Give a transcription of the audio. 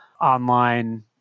online